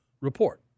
report